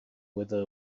wither